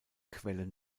quellen